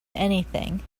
anything